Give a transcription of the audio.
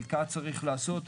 חלקה צריך לעשות.